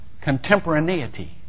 contemporaneity